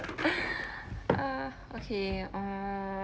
ah okay err